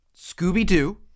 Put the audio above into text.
Scooby-Doo